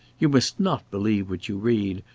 you must not believe what you read,